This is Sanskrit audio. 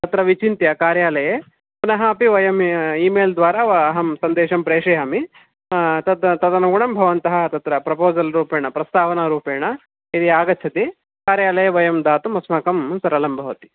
अत्र विचिन्त्य कार्यालये पुनः अपि वयम् इमेल्द्वारा अहं सन्देशं प्रेषयामि तद् तदनुगुणं भवन्तः तत्र प्रपोज़ल्रूपेण प्रस्तावनारूपेण यदि आगच्छति कार्यालये वयं दातुम् अस्माकं सरलं भवति